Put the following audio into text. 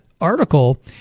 article